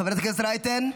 חברת הכנסת רייטן,